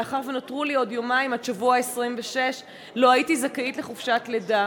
מאחר שנותרו לי עוד יומיים עד השבוע ה-26 לא הייתי זכאית לחופשת לידה.